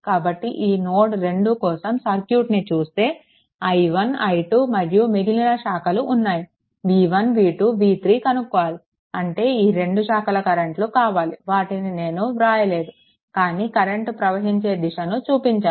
కాబట్టి ఈ నోడ్ 2 కోసం సర్క్యూట్ ని చూస్తే i1 i2 మరియు మిగిలిన శాఖలు ఉన్నాయి v1 v2 v3 కనుక్కోవాలి అంటే ఈ రెండు శాఖల కరెంట్లు కావాలి వాటిని నేను రాయలేదు కానీ కరెంట్ ప్రవహించే దిశని చూపించాను